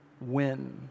win